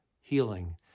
healing